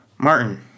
Martin